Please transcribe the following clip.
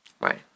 right